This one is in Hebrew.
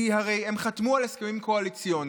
כי הרי הם חתמו על הסכמים קואליציוניים.